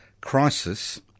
crisis